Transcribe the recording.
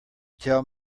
tell